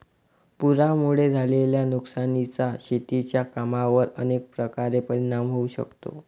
पुरामुळे झालेल्या नुकसानीचा शेतीच्या कामांवर अनेक प्रकारे परिणाम होऊ शकतो